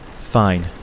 Fine